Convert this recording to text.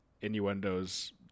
innuendos